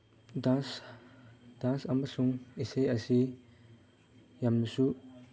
dance dance ꯑꯃꯁꯨꯡ ꯏꯁꯩ ꯑꯁꯤ ꯌꯥꯝꯅꯁꯨ